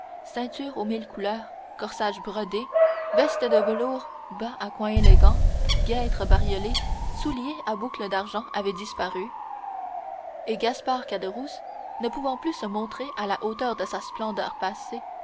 ceinturés aux mille couleurs corsages brodés vestes de velours bas à coins élégants guêtres bariolées souliers à boucles d'argent avaient disparu et gaspard caderousse ne pouvant plus se montrer à la hauteur de sa splendeur passée